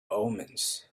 omens